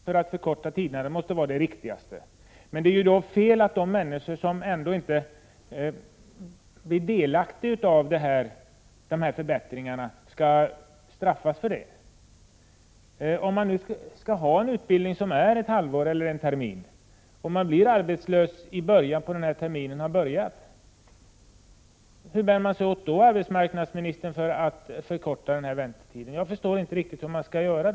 Prot. 1988/89:26 Herr talman! Det allmänna resonemanget är vi överens om. Att förkorta 17 november 1988 väntetiderna måste vara det viktigaste, men det är fel att de människor som inte blir delaktiga av dessa förbättringar skall straffas. Om man har blivit SKE Åse arbetslös just då en termin börjat och man för att få ett nytt arbete skall STISBIOTEA porren satsningar genomgå just den utbildningen under ett halvår eller en termin, hur bär man sig då åt för att förkorta väntetiden? Jag förstår inte vad man skall göra.